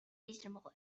reasonable